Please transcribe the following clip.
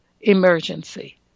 emergency